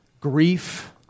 grief